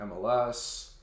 MLS